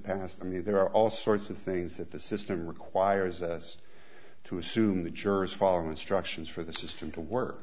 past i mean there are all sorts of things that the system requires us to assume that jurors follow instructions for the system to work